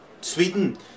Sweden